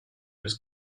was